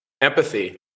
Empathy